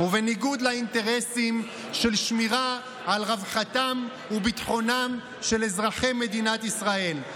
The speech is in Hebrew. ובניגוד לאינטרסים של שמירה על רווחתם וביטחונם של אזרחי מדינת ישראל.